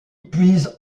puis